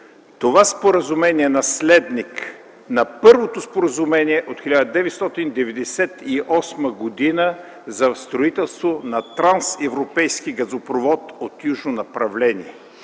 това споразумение е наследник на първото споразумение от 1998 г. за строителството на трансевропейски газопровод от южно направление.